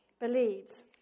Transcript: believes